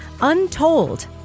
Untold